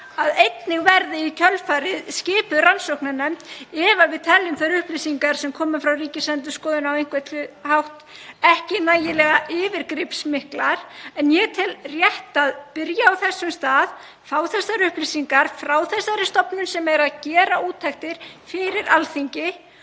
að einnig verði í kjölfarið skipuð rannsóknarnefnd ef við teljum þær upplýsingar sem koma frá Ríkisendurskoðun á einhvern hátt ekki nægilega yfirgripsmiklar. En ég tel rétt að byrja á þessum stað, fá þessar upplýsingar frá þeirri stofnun sem gerir úttektir fyrir Alþingi